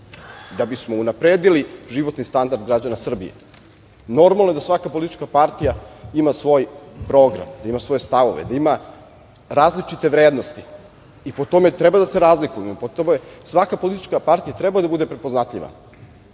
da bi smo unapredili životni standard građana Srbije. Normalno je da svaka politička partija ima svoj program, da ima svoje stavove, da ima različite vrednosti i po tome treba da se razlikujemo, po tome svaka politička partija treba da bude prepoznatljiva.